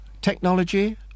technology